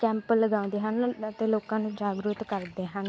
camp ਲਗਾਉਂਦੇ ਹਨ ਅਤੇ ਲੋਕਾਂ ਨੂੰ ਜਾਗਰੂਕ ਕਰਦੇ ਹਨ